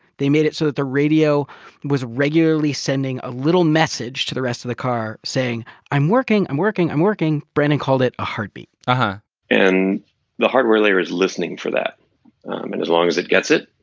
they made it so that the radio was regularly sending sending a little message to the rest of the car saying i'm working, i'm working, i'm working. brandon called it a heartbeat uh-huh and the hardware layer is listening for that. and as long as it gets it,